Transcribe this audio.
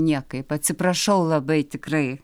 niekaip atsiprašau labai tikrai